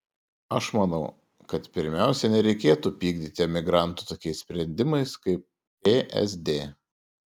aš manau kad pirmiausia nereikėtų pykdyti emigrantų tokiais sprendimais kaip psd